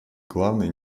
главное